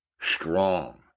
strong